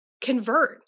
convert